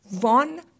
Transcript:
one